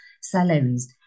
salaries